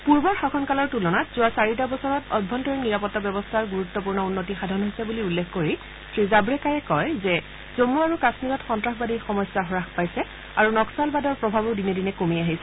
পূৰ্বৰ শাসনকালৰ তুলনাত যোৱা চাৰিটা বছৰত অভ্যন্তৰীণ নিৰাপত্তা ব্যৱস্থাৰ গুৰুত্বপূৰ্ণ উন্নতি সাধন হৈছে বুলি উল্লেখ কৰি শ্ৰী জাম্ৰেকাৰে কয় যে জম্মু আৰু কাম্মীৰত সন্তাসবাদীৰ সমস্যা হাস পাইছে আৰু নক্সালবাদৰ প্ৰভাৱো দিনে দিনে কমি আহিছে